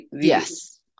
Yes